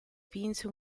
vinse